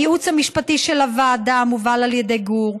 לייעוץ המשפטי של הוועדה, המובל על ידי גור,